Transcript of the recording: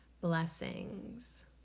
blessings